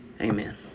Amen